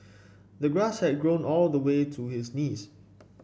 the grass had grown all the way to his knees